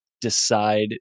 decide